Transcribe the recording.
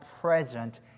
present